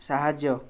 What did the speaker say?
ସାହାଯ୍ୟ